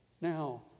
now